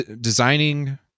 designing